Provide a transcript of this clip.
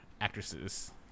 actresses